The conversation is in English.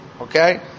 Okay